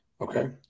Okay